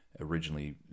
Originally